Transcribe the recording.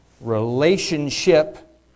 relationship